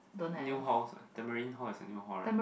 new halls ah Tamarind Hall is a new hall right